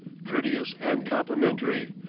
courteous and complimentary,